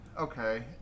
Okay